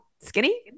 skinny